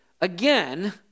Again